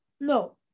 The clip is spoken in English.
No